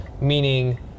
meaning